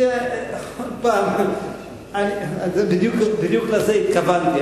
תראה, עוד פעם, בדיוק לזה התכוונתי.